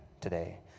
today